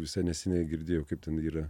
visai neseniai girdėjau kaip ten yra